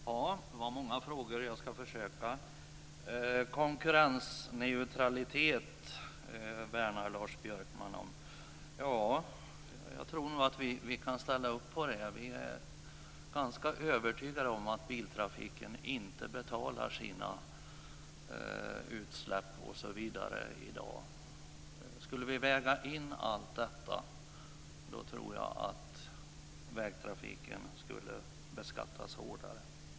Fru talman! Det var många frågor. Jag ska försöka svara. Konkurrensneutralitet värnar Lars Björkman om. Jag tror nog att vi kan ställa upp på det. Vi är ganska övertygade om att biltrafiken inte betalar sina utsläpp i dag. Skulle vi väga in allt detta tror jag att vägtrafiken skulle beskattas hårdare.